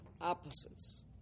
opposites